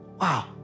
Wow